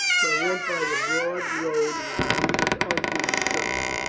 but went by the broad road which leadeth unto destruction.